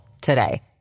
today